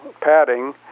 padding